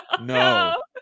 no